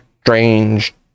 strange